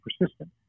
persistent